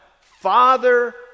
Father